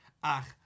ach